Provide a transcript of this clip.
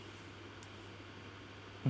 mm